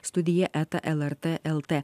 studija eta lrt lt